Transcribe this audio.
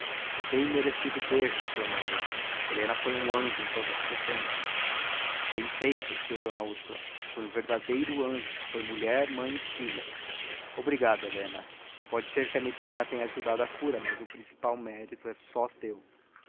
bem merecido beijo exclamou ele helena foi um anjo em todo este tempo bem sei retorquiu d úrsula foi um verdadeiro anjo foi mulher mãe e filha obrigada helena pode ser que a medicina tenha ajudado a cura mas o principal mérito é só teu